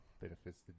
benefits